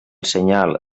senyal